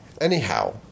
Anyhow